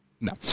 No